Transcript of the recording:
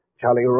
Charlie